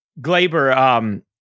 Glaber